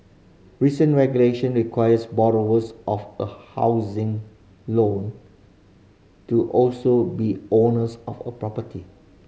recent regulation requires of a housing loan to also be owners of a property